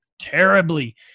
terribly